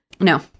no